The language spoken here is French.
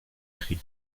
tree